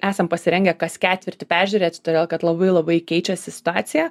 esam pasirengę kas ketvirtį peržiūrėti todėl kad labai labai keičiasi situacija